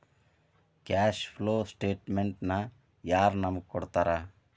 Cash flow ಸ್ಟೆಟಮೆನ್ಟನ ಯಾರ್ ನಮಗ್ ಕೊಡ್ತಾರ?